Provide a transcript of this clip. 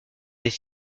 des